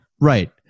Right